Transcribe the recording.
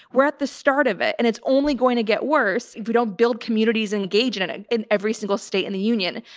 we're at the start of it and it's only going to get worse if we don't build communities, engage in and it in every single state in the union.